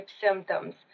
symptoms